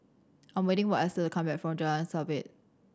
I'm waiting for Esther to come back from Jalan Sabit